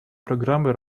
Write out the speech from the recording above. программы